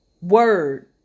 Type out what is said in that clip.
word